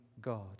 God